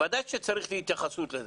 ודאי שצריך התייחסות לזה.